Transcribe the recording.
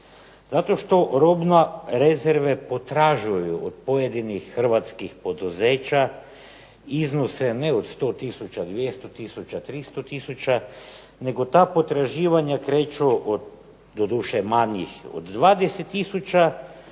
Zato što robne rezerve potražuju od pojedinih hrvatskih poduzeća iznose ne od 100 tisuća, 200 tisuća, 300 tisuća nego ta potraživanja kreću od doduše manjih, od 20